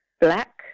Black